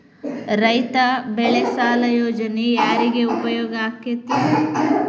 ರೈತ ಬೆಳೆ ಸಾಲ ಯೋಜನೆ ಯಾರಿಗೆ ಉಪಯೋಗ ಆಕ್ಕೆತಿ?